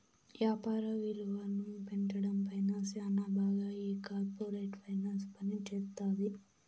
యాపార విలువను పెంచడం పైన శ్యానా బాగా ఈ కార్పోరేట్ ఫైనాన్స్ పనిజేత్తది